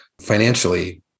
financially